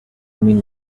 mean